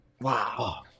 Wow